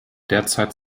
derzeit